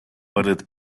перед